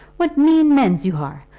what mean mens you are!